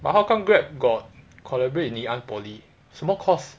but how come Grab got collaborate in ngee ann poly 什么 course